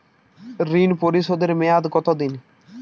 ঋণ পরিশোধের মেয়াদ কত দিন?